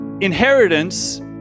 Inheritance